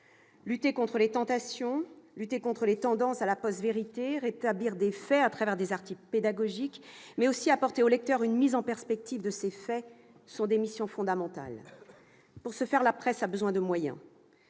vigilance et exigence. Lutter contre les tendances à la « post-vérité », rétablir les faits à travers des articles pédagogiques, mais aussi apporter au lecteur une mise en perspective de ces faits sont des missions fondamentales. Pour ce faire, la presse a besoin de moyens.